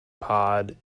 pod